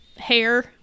hair